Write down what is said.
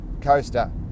coaster